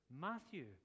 matthew